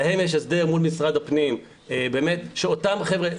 להם יש הסדר מול משרד הפנים שאותם חבר'ה,